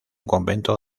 convento